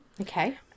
Okay